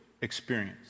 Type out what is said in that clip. experience